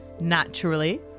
Naturally